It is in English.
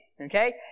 Okay